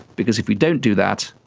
because if we don't do that,